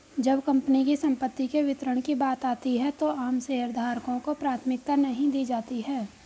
जब कंपनी की संपत्ति के वितरण की बात आती है तो आम शेयरधारकों को प्राथमिकता नहीं दी जाती है